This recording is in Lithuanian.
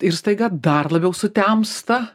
ir staiga dar labiau sutemsta